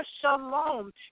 Shalom